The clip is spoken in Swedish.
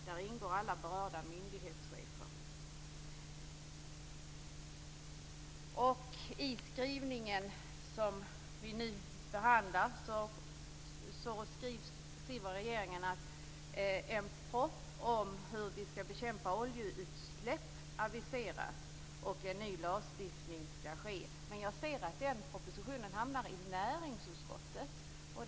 Där ingår alla berörda myndighetschefer. I skrivningen som vi nu behandlar aviserar regeringen en proposition och en ny lagstiftning om hur vi ska bekämpa oljeutsläpp. Men jag ser att denna proposition kommer att hamna i näringsutskottet.